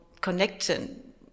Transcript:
connection